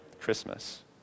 Christmas